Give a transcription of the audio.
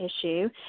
issue